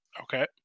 Okay